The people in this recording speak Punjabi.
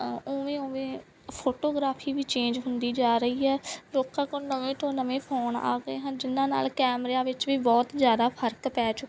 ਉਵੇਂ ਉਵੇਂ ਫੋਟੋਗ੍ਰਾਫੀ ਵੀ ਚੇਂਜ ਹੁੰਦੀ ਜਾ ਰਹੀ ਹੈ ਲੋਕਾਂ ਕੋਲ ਨਵੇਂ ਤੋਂ ਨਵੇਂ ਫੋਨ ਆ ਗਏ ਹਨ ਜਿਹਨਾਂ ਨਾਲ ਕੈਮਰਿਆਂ ਵਿੱਚ ਵੀ ਬਹੁਤ ਜ਼ਿਆਦਾ ਫਰਕ ਪੈ ਚੁੱਕਿਆ